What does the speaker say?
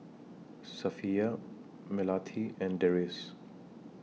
Safiya Melati and Deris